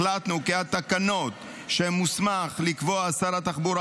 החלטנו כי התקנות שמוסמך לקבוע שר התחבורה,